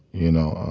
you know,